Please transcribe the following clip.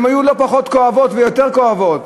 שהיו לא פחות כואבות ויותר כואבות: